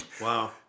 Wow